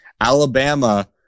Alabama